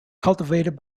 cultivated